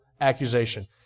accusation